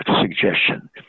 suggestion